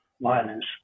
violence